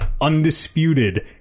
Undisputed